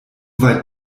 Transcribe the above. weit